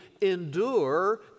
endure